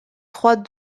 trois